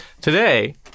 Today